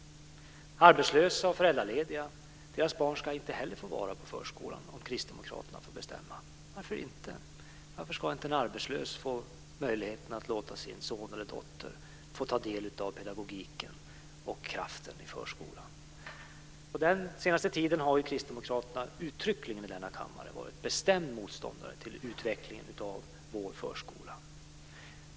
Barn till arbetslösa och föräldralediga ska inte få gå i förskolan, om Kristdemokraterna får bestämma. Varför inte? Varför ska inte en arbetslös kunna låta sin son eller dotter få ta del av pedagogiken och kraften i förskolan? Under den senaste tiden har Kristdemokraterna här i kammaren varit bestämda motståndare till utvecklingen av vår förskola.